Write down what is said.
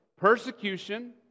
persecution